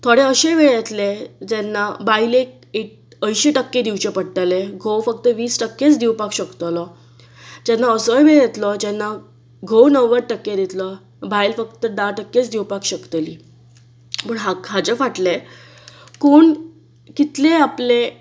थोडे अशेय वेळ येतले जेन्ना बायलेक एट अंयशी टक्के दिवचे पडटले घोव फक्त वीस टक्केच दिवपाक शकतलो जेन्ना असोय वेळ येतलो जेन्ना घोव णव्वद टक्के दितलो बायल फकत धा टक्केच दिवपाक शकतली पूण हाजे फाटले कोण कितले आपले